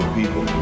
people